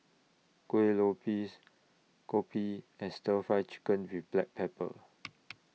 Kuih Lopes Kopi and Stir Fry Chicken with Black Pepper